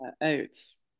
oats